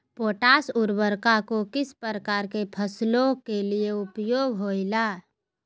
Potash उर्वरक को किस प्रकार के फसलों के लिए उपयोग होईला?